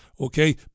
okay